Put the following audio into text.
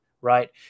right